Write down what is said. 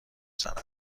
زند